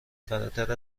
فراتر